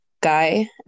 guy